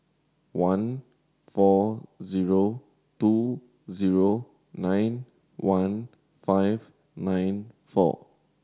one four zero two zero nine one five nine four